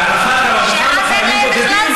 ואז אין להם בכלל סידור,